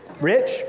Rich